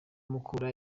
mukura